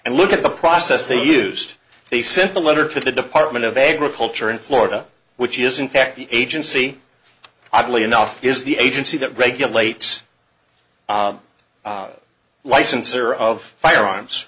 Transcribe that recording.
and look at the process they used they sent the letter to the department of agriculture in florida which is in fact the agency oddly enough is the agency that regulates the licensor of firearms